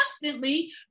constantly